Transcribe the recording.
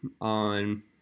on